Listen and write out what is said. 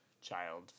child